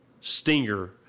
stinger